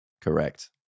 Correct